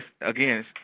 again